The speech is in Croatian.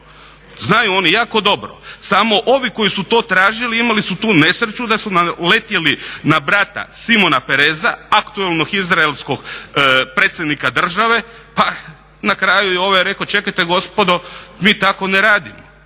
znaju oni jako dobro, samo ovi koji su to tražili imali su tu nesreću da su uletjeli na brata Simona Pereza aktualnog izraelskog predsjednika Države. Pa na kraju je i ovaj rekao čekajte gospodo mi tako ne radimo.